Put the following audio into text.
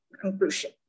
conclusion